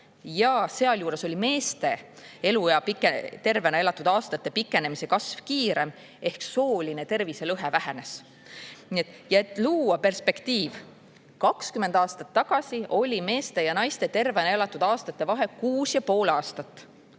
sealjuures oli meeste tervena elatud elu pikenemise kasv kiirem. Ehk sooline terviselõhe vähenes. Ja et luua perspektiiv: 20 aastat tagasi oli meeste ja naiste tervena elatud aastate vahe 6,5 aastat.